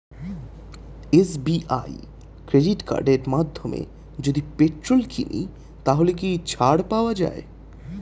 SBI credit কার্ডের মাধ্যমে যদি পেট্রোল কিনি তাহলে কি ছাড় পাওয়া যায়?